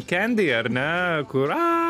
candy ar ne kur